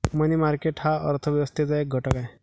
मनी market हा अर्थ व्यवस्थेचा एक घटक आहे